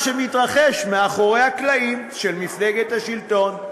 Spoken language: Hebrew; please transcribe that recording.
שמתרחש מאחורי הקלעים של מפלגת השלטון.